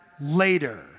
later